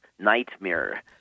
nightmare